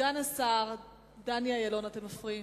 סגן השר דני אילון, אתם מפריעים.